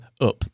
up